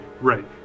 Right